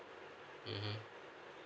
mmhmm